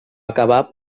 acabar